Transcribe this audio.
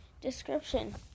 Description